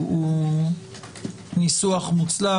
הוא ניסוח מוצלח.